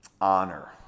honor